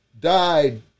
died